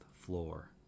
floor